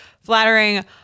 flattering